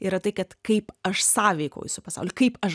yra tai kad kaip aš sąveikauju su pasauliu kaip aš